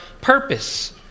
purpose